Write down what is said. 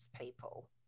people